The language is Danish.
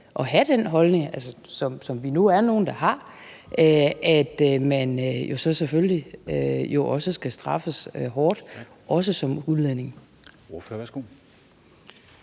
at have den holdning, som vi nu er nogle der har, at man jo så selvfølgelig skal straffes hårdt, også som udlænding?